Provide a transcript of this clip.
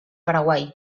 paraguai